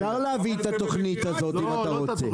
אפשר להביא את התוכנית הזאת, אם אתה רוצה.